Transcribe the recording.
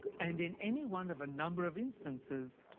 and in any one of a number of instances,